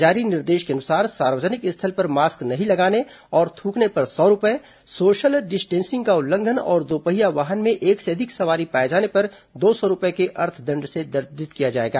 जारी निर्देश के अनुसार सार्वजनिक स्थल पर मास्क नहीं लगाने और थूकने पर सौ रूपये सोशल डिस्टेंसिंग का उल्लंघन और दोपहिया वाहन में एक से अधिक सवारी पाए जाने पर दो सौ रूपये के अर्थदण्ड से दण्डित किया जाएगा